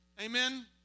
Amen